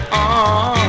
on